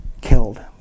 killed